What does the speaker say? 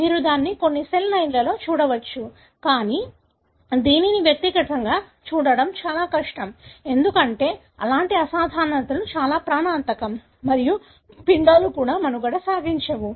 మీరు దానిని కొన్ని సెల్ లైన్లలో చూడవచ్చు కానీ దీనిని వ్యక్తిగతంగా చూడటం చాలా కష్టం ఎందుకంటే అలాంటి అసాధారణతలు చాలా ప్రాణాంతకం మరియు పిండాలు కూడా మనుగడ సాగించవు